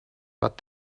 but